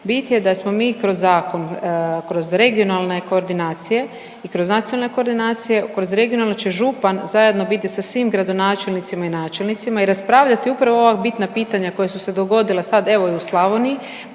bit je da smo mi kroz zakon, kroz regionalne koordinacije i kroz nacionalne koordinacije, kroz regionalne će župan zajedno biti sa svim gradonačelnicima i načelnicima i raspravljati upravo ova bitna pitanja koja su se dogodila sad evo i u Slavoniju,